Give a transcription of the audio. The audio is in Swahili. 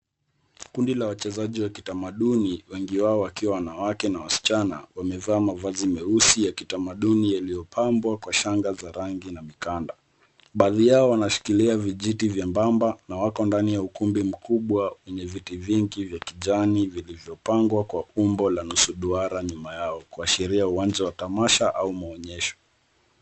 Kundi la wachezaji wa kitamaduni, wengi wao wakiwa wanawake na wasichana, wamevaa mavazi meusi ya kitamaduni yaliyopambwa kwa shanga za rangi na mikanda. Baadhi yao wanashikilia vijiti vyembamba na wako ndani ya ukumbi mkubwa wenye viti vingi vya kijani vilivyopangwa kwa umbo la nusu duara nyuma yao kuashiria uwanja wa tamasha au maonyesho.